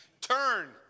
turn